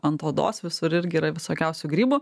ant odos visur irgi yra visokiausių grybų